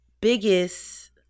biggest